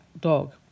dog